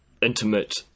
intimate